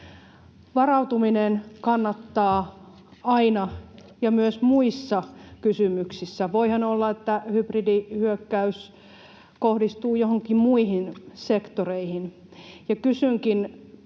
Varautuminen kannattaa aina ja myös muissa kysymyksissä. Voihan olla, että hybridihyökkäys kohdistuu joihinkin muihin sektoreihin. Kysynkin